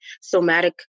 somatic